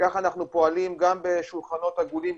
ומשכך אנחנו פועלים גם בשולחנות עגולים,